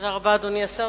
תודה רבה, אדוני השר.